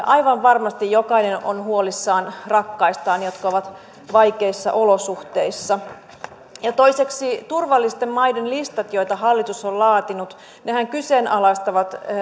aivan varmasti jokainen on huolissaan rakkaistaan jotka ovat vaikeissa olosuhteissa ja toiseksi turvallisten maiden listat joita hallitus on laatinut nehän kyseenalaistavat